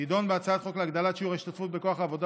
תדון בהצעת חוק להגדלת שיעור ההשתתפות בכוח העבודה